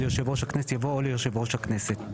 יושב ראש הכנסת' יבוא 'או ליושב ראש הכנסת'.